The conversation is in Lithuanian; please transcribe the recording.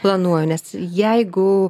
planuoju nes jeigu